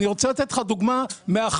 אני רוצה לתת לך דוגמה מהחיים.